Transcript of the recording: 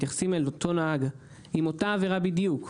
מתייחסים אל אותו נהג עם אותה עבירה בדיוק,